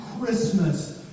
Christmas